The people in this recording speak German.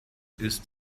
ist